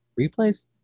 Replays